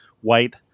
white